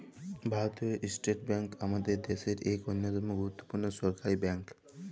ভারতীয় state bank আমাদের দ্যাশের ইক অল্যতম গুরুত্তপুর্ল সরকারি ব্যাংক